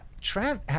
Trent